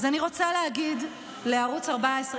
אז אני רוצה להגיד לערוץ 14,